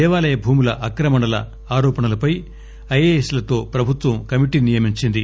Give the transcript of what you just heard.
దేవాలయ భూముల ఆక్రమణల ఆరోపణలపై ఐఏఎస్లతో ప్రభుత్వం కమిటీని నియమించింది